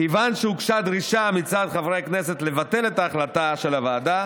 כיוון שהוגשה דרישה מצד חברי הכנסת לבטל את ההחלטה של הוועדה,